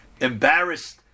embarrassed